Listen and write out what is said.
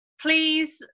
please